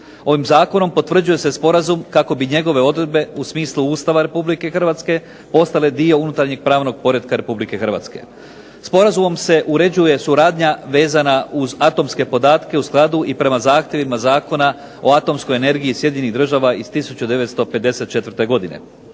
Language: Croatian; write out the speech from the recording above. Ovim zakonom potvrđuje se sporazum kako bi njegove odredbe u smislu Ustava RH postale dio unutarnjeg pravnog poretka RH. Sporazumom se uređuje suradnja vezana uz atomske podatke u skladu i prema zahtjevima Zakona o atomskoj energiji SAD-a iz 1954. godine.